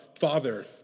Father